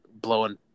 blowing